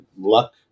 luck